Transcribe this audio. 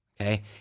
okay